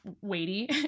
weighty